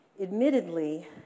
Admittedly